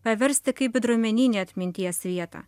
paversti kaip bendruomeninę atminties vietą